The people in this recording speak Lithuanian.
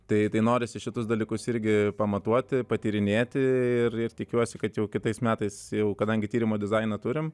tai tai norisi šituos dalykus irgi pamatuoti patyrinėti ir tikiuosi kad jau kitais metais kadangi tyrimo dizainą turim